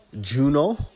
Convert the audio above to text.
Juno